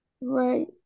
Right